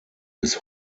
bis